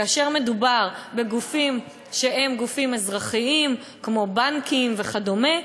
כאשר מדובר בגופים שהם גופים אזרחיים כמו בנקים וכדומה,